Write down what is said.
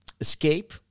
escape